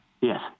Yes